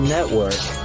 Network